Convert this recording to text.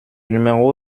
numéro